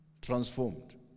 transformed